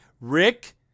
Rick